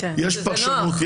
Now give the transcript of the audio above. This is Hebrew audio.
יש פרשנות,